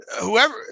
whoever –